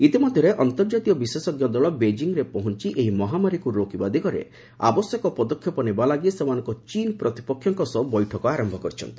ଇତିମଧ୍ୟରେ ଅନ୍ତର୍ଜାତୀୟ ବିଶେଷଜ୍ଞ ଦଳ ବେଜିଂରେ ପହଞ୍ଚ ଏହି ମହାମାରୀକୁ ରୋକିବା ଦିଗରେ ଆବଶ୍ୟକ ପଦକ୍ଷେପ ନେବା ଲାଗି ସେମାନଙ୍କ ଚୀନ ପ୍ରତିପକ୍ଷଙ୍କ ସହ ବୈଠକ ଆରମ୍ଭ କରିଛନ୍ତି